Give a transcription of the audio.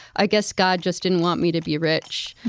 i guess god just didn't want me to be rich.